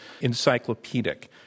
encyclopedic